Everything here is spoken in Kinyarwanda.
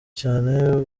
cyane